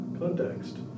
Context